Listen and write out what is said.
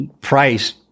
price